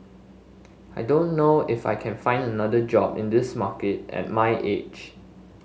I don't know if I can find another job in this market at my age